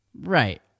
Right